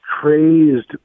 crazed